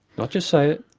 not just say it.